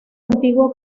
antiguo